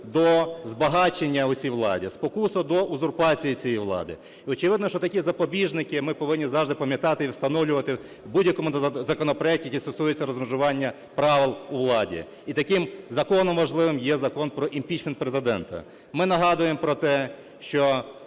до збагачення у цій владі, спокусу до узурпації цієї влади. І, очевидно, що такі запобіжники ми повинні завжди пам'ятати і встановлювати в будь-якому законопроекті, який стосується розмежування правил у владі, і таким законом важливим є Закон про імпічмент Президента . Ми нагадуємо про те, що